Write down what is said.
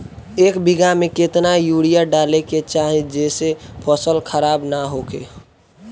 एक बीघा में केतना यूरिया डाले के चाहि जेसे फसल खराब ना होख?